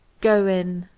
go in!